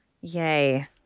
Yay